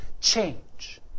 change